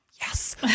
yes